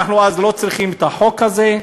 ואז אנחנו לא צריכים את החוק הזה.